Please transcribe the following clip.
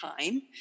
time